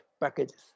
packages